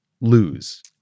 lose